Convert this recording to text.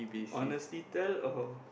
honestly tell or